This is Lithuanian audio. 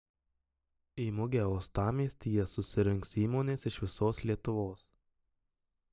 į mugę uostamiestyje susirinks įmonės iš visos lietuvos